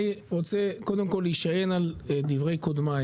אני רוצה קודם כל להישען על דברי קודמיי,